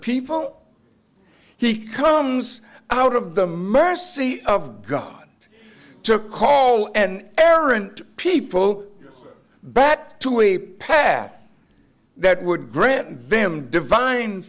people he comes out of the mercy of god took the call and errant people back to a path that would grant them divine